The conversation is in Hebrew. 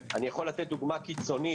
אני מדבר על בניינים קיימים.